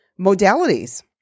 modalities